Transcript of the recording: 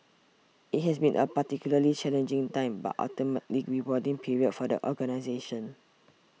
it has been a particularly challenging time but ultimately rewarding period for the organisation